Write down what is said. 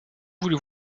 voulez